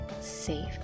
safe